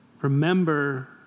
remember